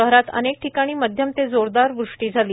शहरात अनेक ठिकाणी माध्यम ते जोरदार वृष्टी झाली